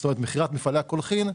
זאת אומרת מכירת מפעלי הקולחין,